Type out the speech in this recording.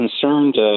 concerned